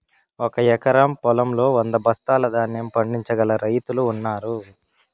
ఒక ఎకరం పొలంలో వంద బస్తాల ధాన్యం పండించగల రైతులు ఉన్నారు